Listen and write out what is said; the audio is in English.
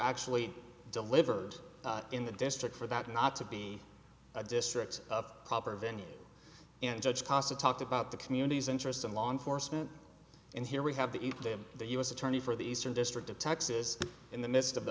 actually delivered in the district for that not to be a district of proper venue and judge casa talked about the community's interest in law enforcement and here we have the u s attorney for the eastern district of texas in the midst of the